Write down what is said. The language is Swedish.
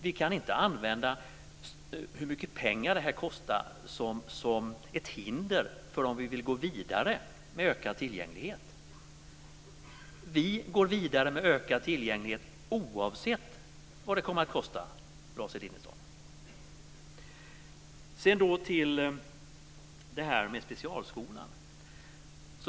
Vi kan inte använda kostnaden för detta som ett hinder för att gå vidare med ökad tillgänglighet. Vi går vidare med ökad tillgänglighet oavsett vad det kommer att kosta, Lars Elinderson. Till specialskolan.